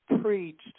preached